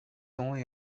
only